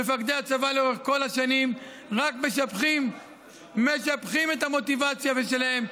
מפקדי הצבא לאורך כל השנים רק משבחים את המוטיבציה שלהם,